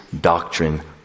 doctrine